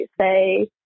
say